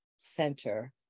center